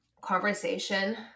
conversation